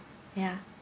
ya